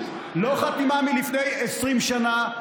לא חתימה מלפני 20 שנה,